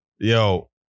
Yo